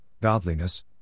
godliness